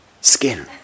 skin